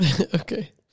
Okay